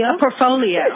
portfolio